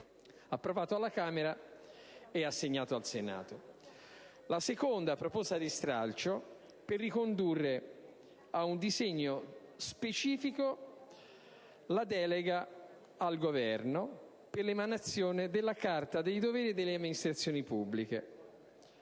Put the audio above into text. approvato dalla Camera ed ora assegnato al Senato. La seconda proposta di stralcio è volta a ricondurre ad un provvedimento specifico la delega al Governo per l'emanazione della Carta dei doveri delle amministrazioni pubbliche.